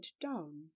down